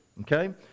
okay